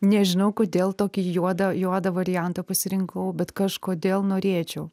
nežinau kodėl tokį juodą juodą variantą pasirinkau bet kažkodėl norėčiau